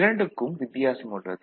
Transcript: இரண்டுக்கும் வித்தியாசம் உள்ளது